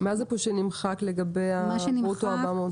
מה זה שנמחק לגבי ברוטו 400 טון?